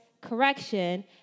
correction